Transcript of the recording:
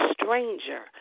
stranger